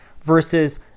versus